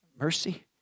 Mercy